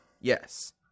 Yes